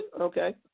Okay